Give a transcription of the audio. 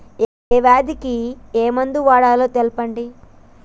ఏ వ్యాధి కి ఏ మందు వాడాలో తెల్పండి?